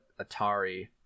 Atari